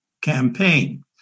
campaign